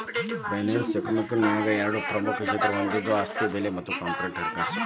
finance economics ನ್ಯಾಗ ಎರಡ ಪ್ರಮುಖ ಕ್ಷೇತ್ರಗಳನ್ನ ಹೊಂದೆದ ಆಸ್ತಿ ಬೆಲೆ ಮತ್ತ ಕಾರ್ಪೊರೇಟ್ ಹಣಕಾಸು